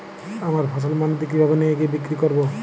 আমার ফসল মান্ডিতে কিভাবে নিয়ে গিয়ে বিক্রি করব?